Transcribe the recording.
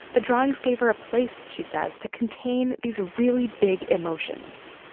the drawings gave her a place, she says, to contain these really big emotions.